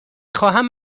خواهم